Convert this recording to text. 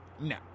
No